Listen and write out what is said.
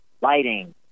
lighting